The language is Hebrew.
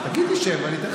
תגיד לי שם ואני אתן לך